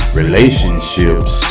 relationships